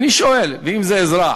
ואני שואל, ואם זה אזרח?